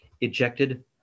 ejected